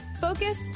focus